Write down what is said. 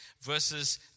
verses